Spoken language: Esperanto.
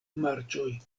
marĉoj